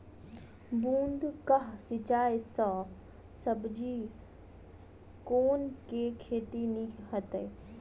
बूंद कऽ सिंचाई सँ सब्जी केँ के खेती नीक हेतइ?